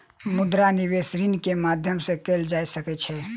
मुद्रा निवेश ऋण के माध्यम से कएल जा सकै छै